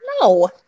No